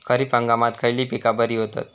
खरीप हंगामात खयली पीका बरी होतत?